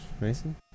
mason